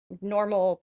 normal